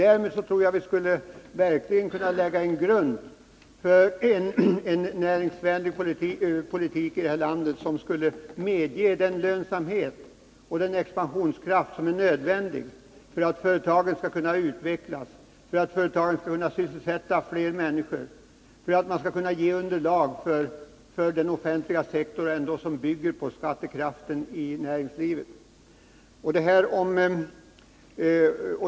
Därmed tror jag att vi skulle kunna lägga en grund för en mer näringsvänlig politik i det här landet, som skulle medge den lönsamhet och den expansionskraft som är nödvändig för att företagen skall kunna utvecklas, för att företagen skall kunna sysselsätta fler människor och för att man skall kunna ge underlag för den offentliga sektorn, som ändå bygger på den skattekraft som näringslivet ger.